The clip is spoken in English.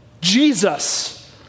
Jesus